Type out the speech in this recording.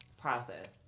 process